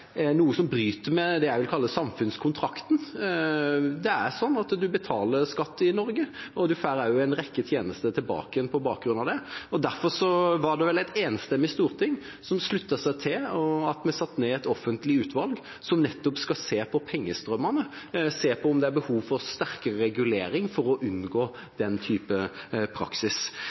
noe som bryter med det jeg vil kalle samfunnskontrakten – en betaler skatt i Norge, og en får en rekke tjenester tilbake igjen på bakgrunn av det. Derfor var det vel et enstemmig storting som sluttet seg til at vi satte ned et offentlig utvalg som nettopp skal se på pengestrømmene, se på om det er behov for sterkere regulering for å unngå den type praksis.